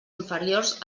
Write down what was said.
inferiors